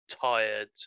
tired